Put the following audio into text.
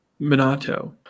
Minato